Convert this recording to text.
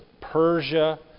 Persia